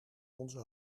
onze